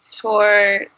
tour